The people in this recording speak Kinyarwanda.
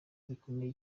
bikomeye